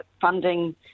funding